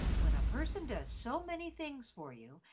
when a person does so many things for you,